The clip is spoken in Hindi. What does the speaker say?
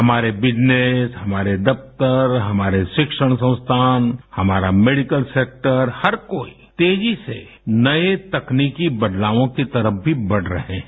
हमारे बिजनेस हमारे दफ्तर हमारे शिक्षण संस्थान हमारा मेडिकल सेक्टर हर कोई तेजी से नये तकनीकी बदलावों की तरफ भी बढ़ रहे हैं